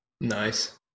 Nice